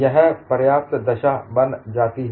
यह पर्याप्त दशा बन जाती है